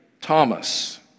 Thomas